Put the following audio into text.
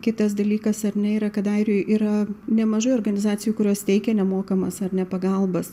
kitas dalykas ar ne yra kad airijoj yra nemažai organizacijų kurios teikia nemokamas ar ne pagalbas